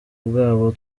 bwabo